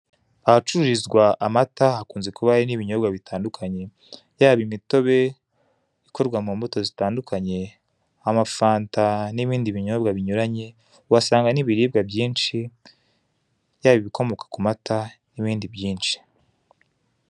Ahacururizwa amata hakunze kuba hari n'ibindi binyobwa bitandukanye, yaba imitobe ikorwa mu mbuto zitandukanye, amafanta n'ibindi binyobwa binyuranye. Uhasanga n'ibiribwa byinshi, yaba ibikomoka ku mata n'ibindi byinshi.